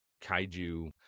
kaiju